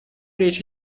речь